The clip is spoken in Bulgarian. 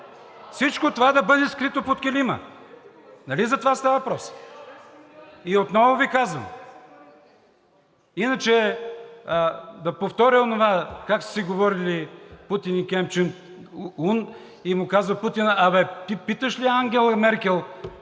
Всичкото това да бъде скрито под килима. Нали за това става въпрос? И отново Ви казвам, иначе да повторя онова как са си говорили Путин и Ким Чен Ун, и му казва Путин: „Абе, ти питаш ли я Ангела Меркел,